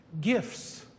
gifts